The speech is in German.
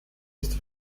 ist